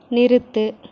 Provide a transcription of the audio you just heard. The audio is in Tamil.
நிறுத்து